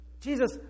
Jesus